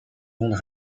ondes